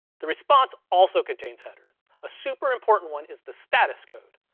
the response also contains headers. a super important one is the status code.